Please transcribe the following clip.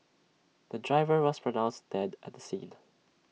the driver was pronounced dead at the scene